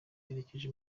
yerekeje